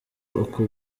uku